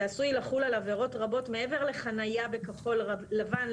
זה עשוי לחול על עבירות רבות מעבר לחניה בכחול לבן,